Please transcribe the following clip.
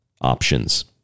options